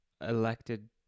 elected